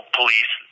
police